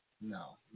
No